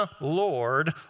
Lord